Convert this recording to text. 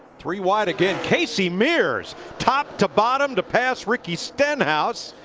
three wide again. casey mears. top to bottom to pass ricky stenhouse.